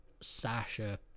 Sasha